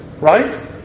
Right